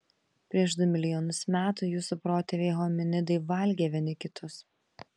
prieš du milijonus metų jūsų protėviai hominidai valgė vieni kitus